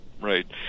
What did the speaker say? Right